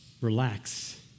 relax